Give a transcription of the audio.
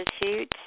Institute